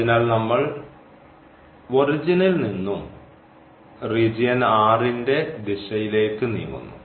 അതിനാൽ നമ്മൾ ഒറിജിനൽ നിന്നും റീജിയൻ ന്റെ ദിശയിലേക്ക് നീങ്ങുന്നു